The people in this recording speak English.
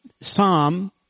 Psalm